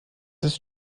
ist